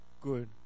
good